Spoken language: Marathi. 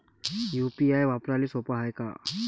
यू.पी.आय वापराले सोप हाय का?